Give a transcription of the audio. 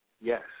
Yes